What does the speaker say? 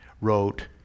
wrote